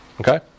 Okay